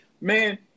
man